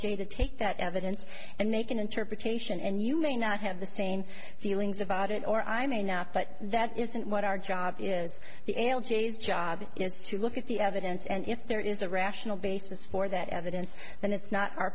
a to take that evidence and make an interpretation and you may not have the same feelings about it or i may not but that isn't what our job is the l j's job is to look at the evidence and if there is a rational basis for that evidence then it's not our